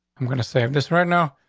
i'm going save this right now.